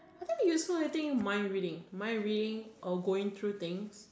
I think you saw I think mind reading mind reading or going through things